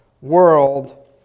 world